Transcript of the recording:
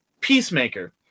Peacemaker